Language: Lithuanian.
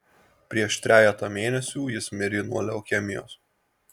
prieš trejetą mėnesių jis mirė nuo leukemijos